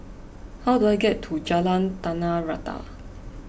how do I get to Jalan Tanah Rata